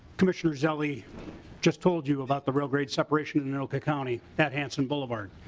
commissioners ellie just told you about the rail grade separation in anoka county at hansen boulevard.